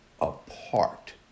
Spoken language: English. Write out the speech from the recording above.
apart